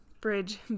bridge